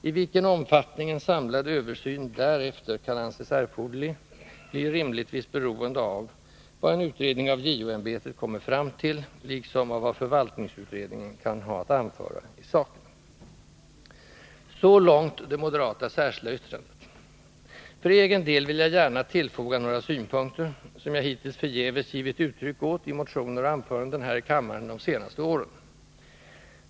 I vilken omfattning en ”samlad översyn” därefter kan anses erforderlig, blir rimligtvis beroende av vad en utredning av JO-ämbetet kommer fram till liksom av vad förvaltningsutredningen kan ha att anföra i saken. Så långt det moderata särskilda yttrandet. För egen del vill jag gärna tillfoga några synpunkter, som jag hittills förgäves givit uttryck åt i motioner och anföranden här i kammaren de senaste åren.